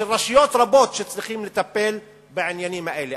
של רשויות רבות שצריכות לטפל בעניינים האלה.